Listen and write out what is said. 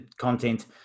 content